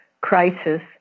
crisis